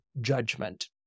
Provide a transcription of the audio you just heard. judgment